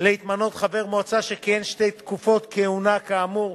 חבר מועצה שכיהן שתי תקופות כהונה כאמור,